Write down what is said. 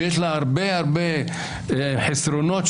שיש לה הרבה-הרבה חסרונות,